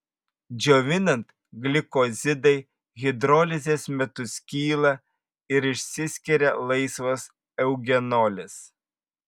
džiovinant glikozidai hidrolizės metu skyla ir išsiskiria laisvas eugenolis